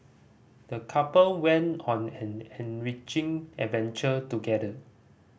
the couple went on an enriching adventure together